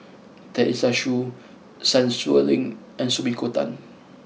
Teresa Hsu Sun Xueling and Sumiko Tan